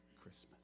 Christmas